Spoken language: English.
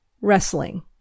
Wrestling